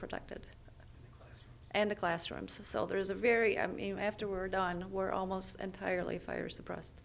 protected and classrooms so there is a very i mean after we're done were almost entirely fires suppressed